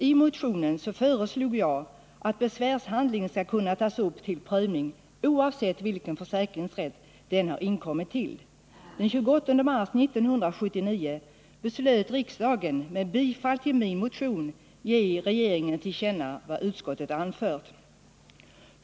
I motionen föreslog jag att besvärshandling skall kunna tas upp till prövning oavsett vilken försäkringsrätt den har inkommit till. Den 28 mars 1979 beslöt riksdagen med bifall till min motion ge regeringen till känna vad utskottet anfört.